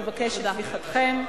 לבקש את תמיכתכם,